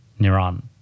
Niran